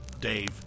Dave